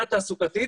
תעסוקתית